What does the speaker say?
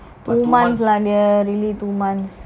two months lah dear really two months